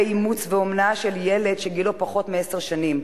אימוץ ואומנה של ילד שגילו פחות מעשר שנים,